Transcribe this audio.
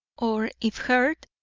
or, if heard,